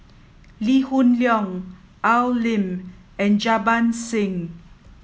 Lee Hoon Leong Al Lim and Jarbans Singh